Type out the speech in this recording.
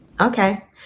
Okay